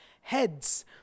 heads